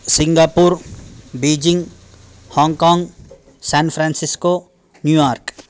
Singapore Beijing Hong Kong San Francisco New York